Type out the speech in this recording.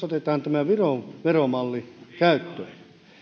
otetaan tämä viron veromalli käyttöön